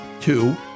Two